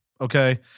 Okay